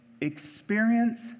experience